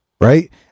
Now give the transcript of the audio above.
right